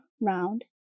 round